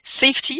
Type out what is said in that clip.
safety